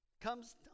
comes